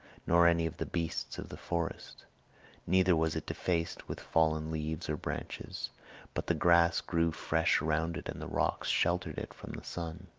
nor any of the beasts of the forest neither was it defaced with fallen leaves or branches but the grass grew fresh around it, and the rocks sheltered it from the sun.